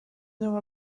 know